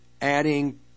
adding